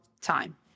time